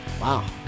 Wow